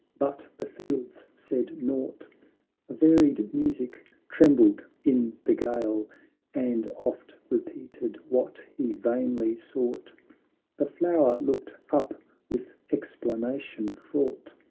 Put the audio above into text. but the fields said naught a varied music trembled in the gale and oft repeated what he vainly sought the flower looked up with explanation fraught,